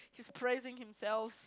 he's praising himself